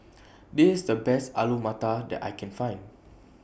This IS The Best Alu Matar that I Can Find